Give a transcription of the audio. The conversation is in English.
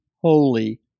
holy